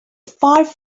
five